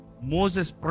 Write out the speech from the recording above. Moses